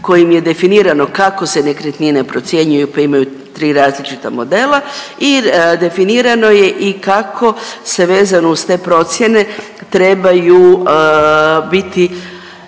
kojim je definirano kako se nekretnine procjenjuju pa imaju tri različita modela i definirano je i kako se vezano uz te procjene trebaju biti